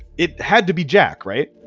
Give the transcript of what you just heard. it had to be jack, right?